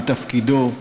אל תפקידו,